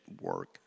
work